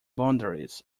boundaries